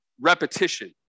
repetition